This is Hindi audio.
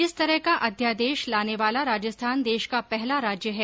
इस तरह का अध्यादेश लाने वाला राजस्थान देश का पहला राज्य है